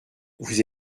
vous